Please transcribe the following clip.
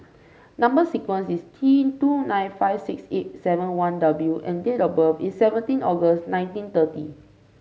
number sequence is T two nine five six eight seven one W and date of birth is seventeen August nineteen thirty